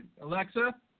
Alexa